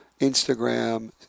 Instagram